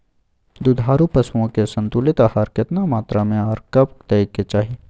दुधारू पशुओं के संतुलित आहार केतना मात्रा में आर कब दैय के चाही?